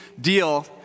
deal